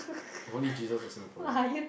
if only jesus's a Singaporean